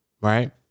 right